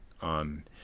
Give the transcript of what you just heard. on